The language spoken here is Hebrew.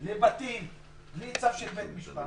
לבתים בלי צו של בית משפט,